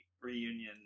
reunion